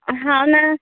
हो ना